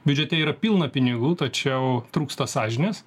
biudžete yra pilna pinigų tačiau trūksta sąžinės